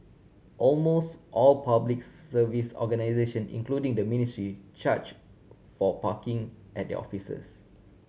almost all Public Service organisation including the ministry charge for parking at their offices